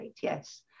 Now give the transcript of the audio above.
yes